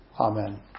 Amen